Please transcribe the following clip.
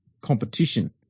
competition